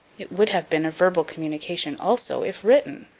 it would have been a verbal communication, also, if written.